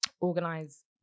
organize